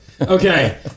Okay